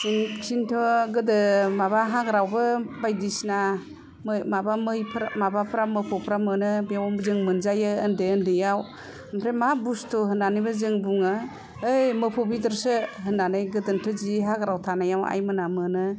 किन्थु गोदो माबा हाग्रायावबो बायदिसिना माबा मैफोर माबाफ्रा मोफौफ्रा मोनो बेयाव जों मोनजायो उन्दै उन्दैयाव ओमफ्राय मा बुसथु होननानै बो जों बुङो बै मोफौ बेदरसो होननानै गोदोथ' जि हाग्रायाव थानायाव आइमोना मोनो